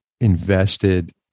invested